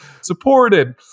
supported